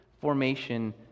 formation